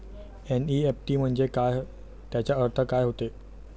NEFT म्हंजे काय, त्याचा अर्थ काय होते?